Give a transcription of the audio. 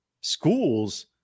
schools